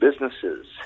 businesses